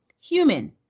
human